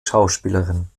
schauspielerin